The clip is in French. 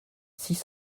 six